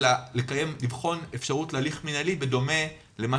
אלא לבחון אפשרות להליך מנהלי בדומה למה